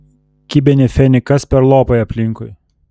kibeni feni kas per lopai aplinkui